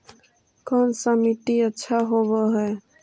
कोन सा मिट्टी अच्छा होबहय?